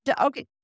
okay